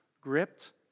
gripped